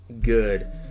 good